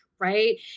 right